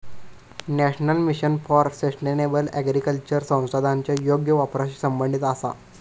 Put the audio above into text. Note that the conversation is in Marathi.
national mission for sustainable agriculture संसाधनांच्या योग्य वापराशी संबंधित आसा